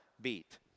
beat